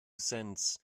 cents